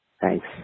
Thanks